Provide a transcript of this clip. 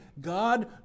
God